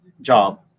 job